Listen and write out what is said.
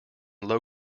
low